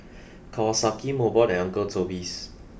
Kawasaki Mobot and Uncle Toby's